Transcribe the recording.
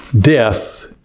Death